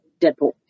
Deadpool